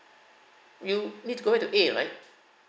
you need to go back to A right